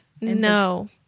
No